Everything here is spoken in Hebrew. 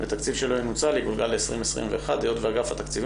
ותקציב שלא ינוצל יגולגל ל-2021 היות ואגף התקציבים